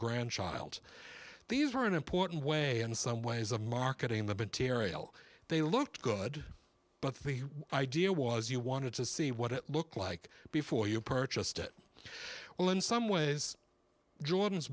grandchild these are an important way and some ways of marketing the bit terril they looked good but the idea was you wanted to see what it looked like before you purchased it well in some ways jordan's